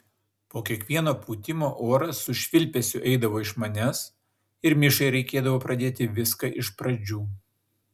po kiekvieno pūtimo oras su švilpesiu eidavo iš manęs ir mišai reikėdavo pradėti viską iš pradžių